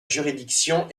juridiction